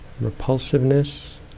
repulsiveness